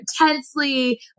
intensely